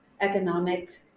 economic